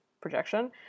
projection